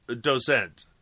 docent